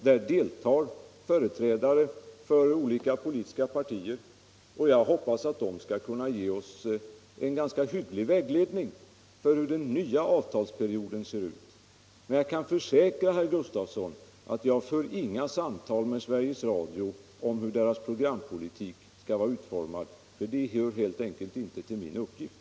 Där deltar företrädare för olika politiska partier, och jag hoppas att de skall kunna ge oss en ganska hygglig vägledning för hur den nya avtalsperioden skall se ut. Men jag kan försäkra herr Gustavsson att jag inte för några samtal med Sveriges Radio om hur dess programpolitik skall vara utformad, för det hör helt enkelt inte till min uppgift.